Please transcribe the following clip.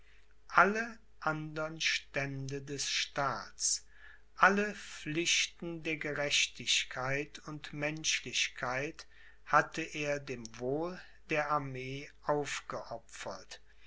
alle andern stände des staats alle pflichten der gerechtigkeit und menschlichkeit hatte er dem wohl der armee aufgeopfert